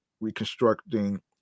reconstructing